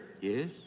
Yes